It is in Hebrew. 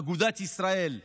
אגודת ישראל,